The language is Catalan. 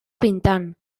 pintant